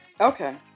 Okay